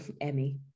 Emmy